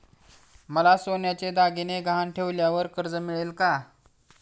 मला सोन्याचे दागिने गहाण ठेवल्यावर कर्ज मिळेल का?